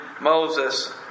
Moses